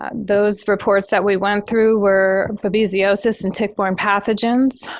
ah those reports that we went through were babesiosis and tick-borne pathogens,